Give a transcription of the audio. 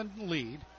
lead